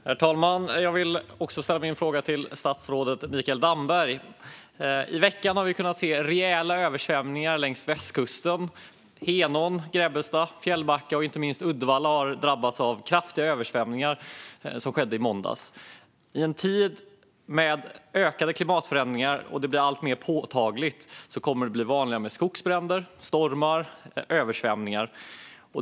Herr talman! Även jag vill ställa en fråga till statsrådet Mikael Damberg. I veckan har vi kunnat se rejäla översvämningar längs västkusten. Henån, Grebbestad, Fjällbacka och inte minst Uddevalla drabbades i måndags av kraftiga översvämningar. I en tid av ökade klimatförändringar, som också blir alltmer påtagliga, kommer det att bli vanligare med skogsbränder, stormar och översvämningar.